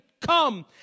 come